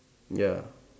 ya